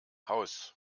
haus